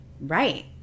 Right